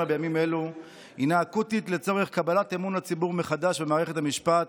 בימים אלו היא אקוטית לצורך קבלת אמון הציבור מחדש במערכת המשפט